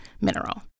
mineral